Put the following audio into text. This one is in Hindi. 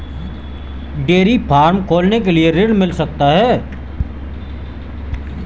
डेयरी फार्म खोलने के लिए ऋण मिल सकता है?